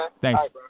thanks